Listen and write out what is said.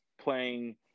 playing